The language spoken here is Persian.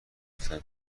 رفتن